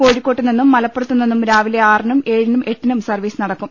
കോഴിക്കോട് നിന്നും മലപ്പുറത്ത് നിന്നും രാവിലെ ആറിനും ഏഴിനും എട്ടിനും മണിക്ക് സർവീസ് നടക്കും